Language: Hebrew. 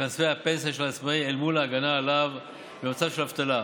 כספי הפנסיה של העצמאי אל מול ההגנה עליו במצב של אבטלה.